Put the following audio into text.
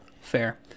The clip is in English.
fair